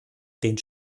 den